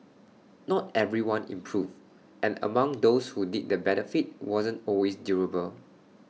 not everyone improved and among those who did the benefit wasn't always durable